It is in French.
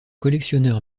collectionneur